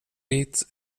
beat